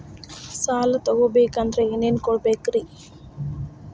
ಸಾಲ ತೊಗೋಬೇಕಂದ್ರ ಏನೇನ್ ಕೊಡಬೇಕ್ರಿ?